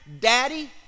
Daddy